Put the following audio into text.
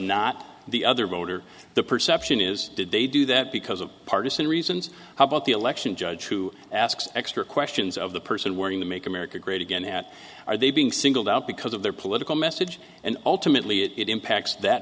not the other voter the perception is did they do that because of partisan reasons how about the election judge who asks extra questions of the person working to make america great again at are they being singled out because of their political message and ultimately it impacts that